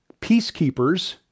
Peacekeepers